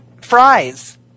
fries